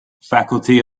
faculty